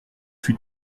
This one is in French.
fut